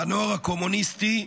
לנוער הקומוניסטי,